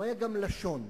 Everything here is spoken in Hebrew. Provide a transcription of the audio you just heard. הוא היה גם לשון.